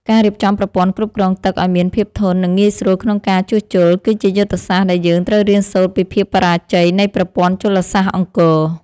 ការរៀបចំប្រព័ន្ធគ្រប់គ្រងទឹកឱ្យមានភាពធន់ និងងាយស្រួលក្នុងការជួសជុល គឺជាយុទ្ធសាស្ត្រដែលយើងត្រូវរៀនសូត្រពីភាពបរាជ័យនៃប្រព័ន្ធជលសាស្ត្រអង្គរ។